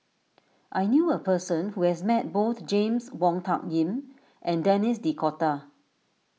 I knew a person who has Met both James Wong Tuck Yim and Denis D'Cotta